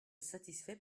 satisfait